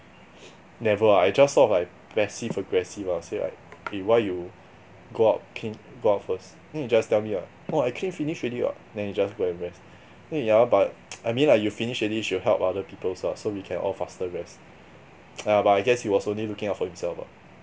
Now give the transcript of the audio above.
never ah I just sort of like passive aggressive ah say like eh why you go out clean go out first then he just tell me lah oh I clean finish already [what] then he just go and rest then uh yeah but I mean like when you finish already should help others people's lah so we can all faster rest yeah but I guess he was only looking out for himself lah